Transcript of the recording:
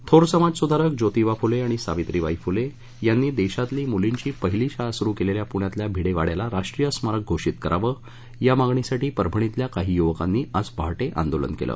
थोर समाजसुधारक जोतिबा फुले आणि सावित्रीबाई फुले यांनी देशातली मुलींची पहिली शाळा सुरू केलेल्या पुण्यातल्या भिडे वाड्याला राष्ट्रीय स्मारक घोषीत करावं या मागणीसाठी परभणीतल्या काही युवकांनी आज पहाटे आंदोलन केलं